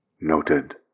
Noted